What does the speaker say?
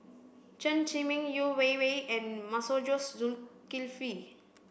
Chen Zhiming Yeo Wei Wei and Masagos Zulkifli